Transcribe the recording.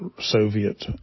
Soviet